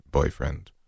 Boyfriend